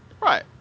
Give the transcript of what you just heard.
Right